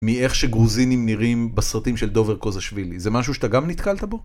מאיך שגרוזינים נראים בסרטים של דובר קוזשווילי. זה משהו שאתה גם נתקלת בו?